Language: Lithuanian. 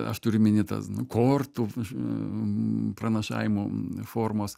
aš turiu omeny tas nu kortų m pranašavimo formos